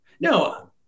No